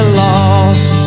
lost